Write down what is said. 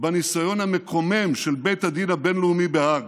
בניסיון המקומם של בית הדין הבין-לאומי בהאג,